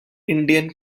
indian